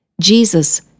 Jesus